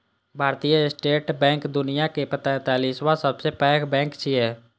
भारतीय state bank दुनियाक तैंतालिसवां सबसं पैघ बैंक छियै